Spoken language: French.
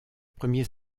premier